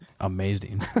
Amazing